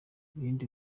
ibindi